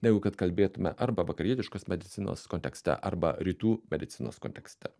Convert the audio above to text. negu kad kalbėtume arba vakarietiškos medicinos kontekste arba rytų medicinos kontekste